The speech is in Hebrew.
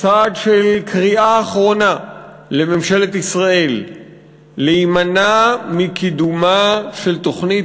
צעד של קריאה אחרונה לממשלת ישראל להימנע מקידומה של תוכנית